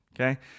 okay